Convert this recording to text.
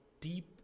deep